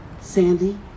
Sandy